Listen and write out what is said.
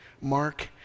Mark